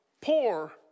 poor